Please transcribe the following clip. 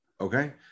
Okay